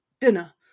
dinner